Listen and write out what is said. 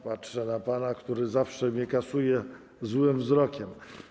Patrzę na pana, który zawsze mnie kasuje złym wzrokiem.